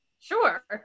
Sure